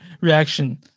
reaction